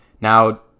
Now